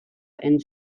and